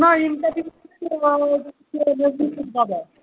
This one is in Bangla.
না